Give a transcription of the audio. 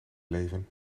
leven